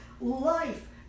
life